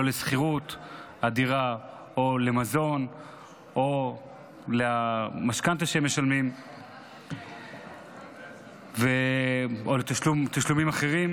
לא לשכירות הדירה או למזון או למשכנתה שהם משלמים או לתשלומים אחרים,